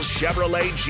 Chevrolet